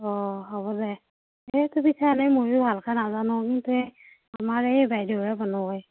অঁ হ'ব দে এইটো পিঠা এনেই ময়ো ভালকৈ নাজানো কিন্তু আমাৰ এই বাইদেৱে বনয়